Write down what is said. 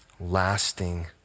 Lasting